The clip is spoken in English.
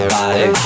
body